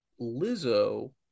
Lizzo